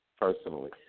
personally